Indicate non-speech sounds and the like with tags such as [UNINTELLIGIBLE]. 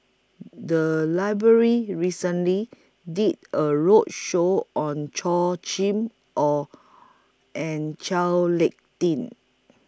The Library recently did A roadshow on [UNINTELLIGIBLE] Chim Or and Chao Lick Tin